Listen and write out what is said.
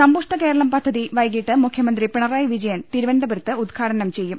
സമ്പുഷ്ട കേരളം പദ്ധതി വൈകിട്ട് മുഖ്യമന്ത്രി പിണറായി വിജയൻ തിരുവന ന്തപുരത്ത് ഉദ്ഘാടനം ചെയ്യും